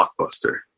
Blockbuster